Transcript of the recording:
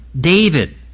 David